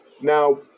Now